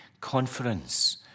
conference